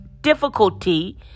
difficulty